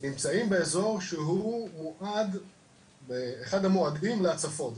נמצאים באזור שהוא הועד והוא אחד המועדים להצפות.